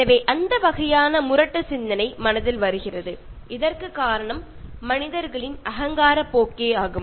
ഇങ്ങനെയുള്ള അധികാര പരമായ ചിന്ത അയാളുടെ മനസ്സിലേക്ക് വരുന്നത് മനുഷ്യന്റെ സ്വാർത്ഥമായ ചിന്തകളിലൂടെ ആണ്